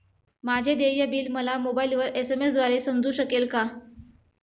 माझे देय बिल मला मोबाइलवर एस.एम.एस द्वारे समजू शकेल का?